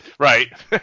Right